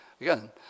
Again